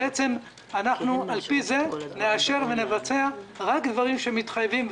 בעצם על פי זה אנחנו נאשר ונבצע רק דברים שמתחייבים.